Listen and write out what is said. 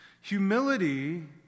Humility